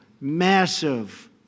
massive